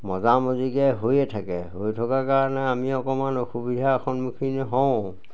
মজা মজিকে হৈয়ে থাকে হৈ থকাৰ কাৰণে আমি অকণমান অসুবিধাৰ সন্মুখীন হওঁ